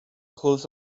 clothes